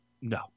No